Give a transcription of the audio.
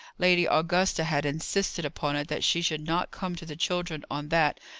lady augusta had insisted upon it that she should not come to the children on that,